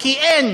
כי אין